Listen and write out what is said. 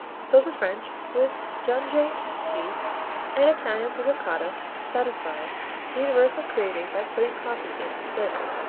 so the french with jonchee cheese and italians with ricotta satisfy the universal craving by putting coffee in for flavor.